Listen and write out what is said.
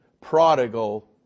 prodigal